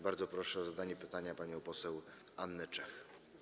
Bardzo proszę o zadanie pytania panią poseł Annę Czech.